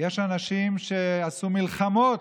יש אנשים שעשו מלחמות.